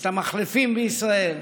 את המחלפים בישראל,